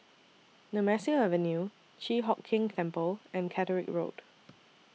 Nemesu Avenue Chi Hock Keng Temple and Catterick Road